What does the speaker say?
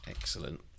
Excellent